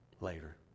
later